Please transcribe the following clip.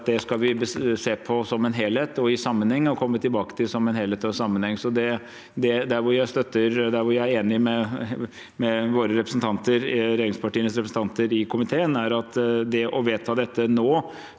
det skal vi se på som en helhet og i sammenheng og komme tilbake til som en helhet og i sammenheng. Det jeg er enig med regjeringspartienes representanter i komiteen om, er at det å vedta dette her